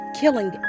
killing